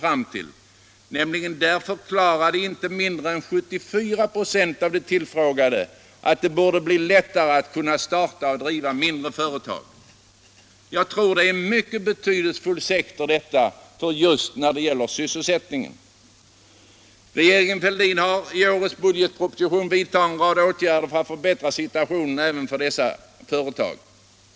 Enligt denna undersökning förklarade inte mindre än 74 96 av de tillfrågade att det borde bli lättare att starta och driva mindre företag. Jag tror att detta är en mycket betydelsefull sektor just när det gäller sysselsättningen. Regeringen Fälldin har i årets budgetproposition vidtagit en rad åtgärder för att förbättra situationen även för dessa företag.